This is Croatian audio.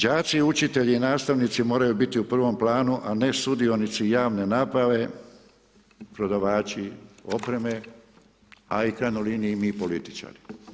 Đaci, učitelji i nastavnici moraju biti u prvom planu, a ne sudionici javne nabave, prodavači opreme a i u krajnjoj liniji, mi političari.